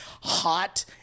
hot